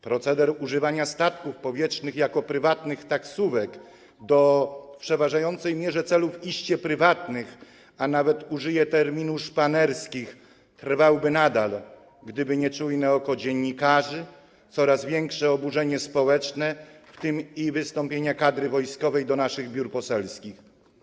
Proceder używania statków powietrznych jako prywatnych taksówek do celów w przeważającej mierze iście prywatnych, a nawet - użyję takiego terminu - szpanerskich trwałby nadal, gdyby nie czujne oko dziennikarzy i coraz większe oburzenie społeczne, w tym wystąpienia kadry wojskowej do naszych biur poselskich.